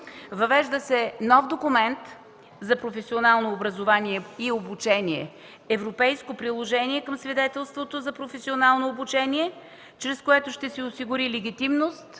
Въвежда се нов документ за професионално образование и обучение – европейско приложение към свидетелството за професионално обучение, чрез което ще се осигури легитимност